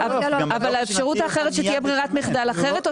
אבל האפשרות האחרת היא שתהיה ברירת מחדל אחרת או